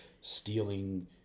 stealing